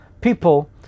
people